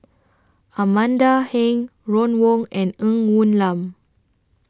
Amanda Heng Ron Wong and Ng Woon Lam